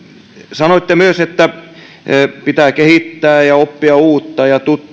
sanoitte myös että pitää kehittää ja oppia uutta ja